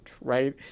Right